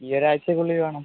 ഈ ഒരാഴ്ചക്കുള്ളിൽ വേണം